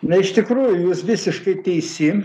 na iš tikrųjų jūs visiškai teisi